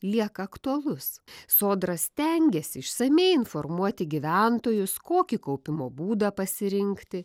lieka aktualus sodra stengiasi išsamiai informuoti gyventojus kokį kaupimo būdą pasirinkti